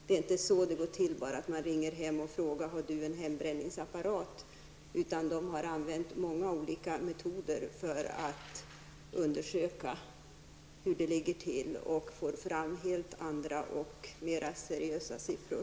Det går inte till så att man bara ringer upp människor och frågar om de har en hembränningsapparat, utan man har använt många olika metoder vid sina undersökningar, och man har fått fram helt andra och mer seriösa siffror.